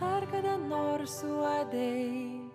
ar kada nors uodei